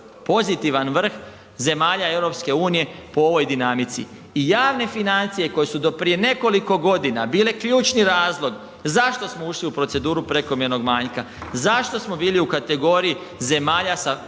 pozitivan vrh zemalja EU po ovoj dinamici. I javne financije koje su do prije nekoliko godina bile ključni razlog zašto smo ušli u proceduru prekomjernog manjka, zašto smo bili u kategoriji zemalja sa